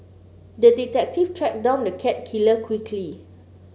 the detective tracked down the cat killer quickly